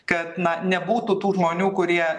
kad na nebūtų tų žmonių kurie